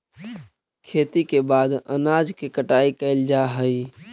खेती के बाद अनाज के कटाई कैल जा हइ